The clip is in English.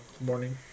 morning